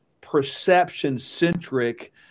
perception-centric